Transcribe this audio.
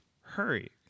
hurry